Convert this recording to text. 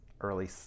early